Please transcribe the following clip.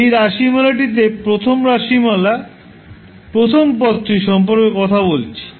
এই রাশিমালাটিতে প্রথম রাশিমালা প্রথম পদটি সম্পর্কে কথা বলি